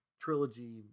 trilogy